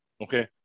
Okay